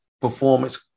performance